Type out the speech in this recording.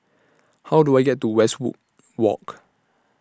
How Do I get to Westwood Walk